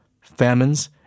famines